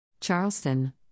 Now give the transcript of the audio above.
Charleston